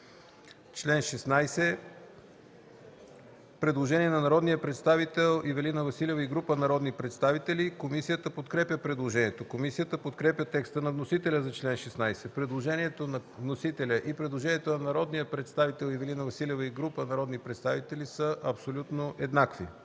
и предложението на народния представител Ивелина Василева и група народни представители са абсолютно еднакви.